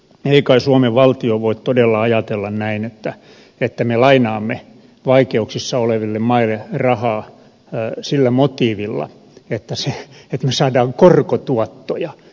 ei kai suomen valtio voi todella ajatella näin että me lainamme vaikeuksissa oleville maille rahaa sillä motiivilla että me saamme korkotuottoja